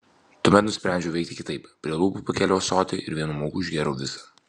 tuomet nusprendžiau veikti kitaip prie lūpų pakėliau ąsotį ir vienu mauku išgėriau visą